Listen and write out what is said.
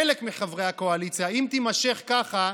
חלק מחברי הקואליציה, אם תימשך כך,